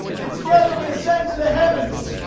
and together we ascend to the heavens!